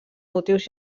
motius